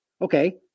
Okay